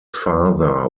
father